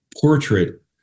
portrait